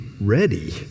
ready